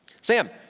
Sam